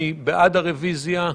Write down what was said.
מי בעד הרביזיה?